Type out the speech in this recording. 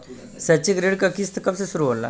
शैक्षिक ऋण क किस्त कब से शुरू होला?